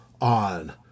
on –